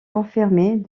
confirmée